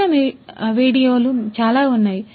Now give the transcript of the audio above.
విభిన్న వీడియోలు చాలా ఉన్నాయి